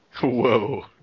Whoa